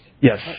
Yes